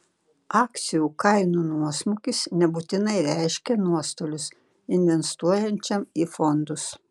akcijų kainų nuosmukis nebūtinai reiškia nuostolius investuojančiajam į fondus